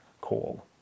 call